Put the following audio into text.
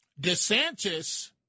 DeSantis